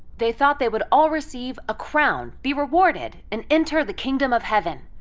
they thought they would all receive a crown, be rewarded, and enter the kingdom of heaven.